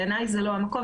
בעיניי זה לא המקום,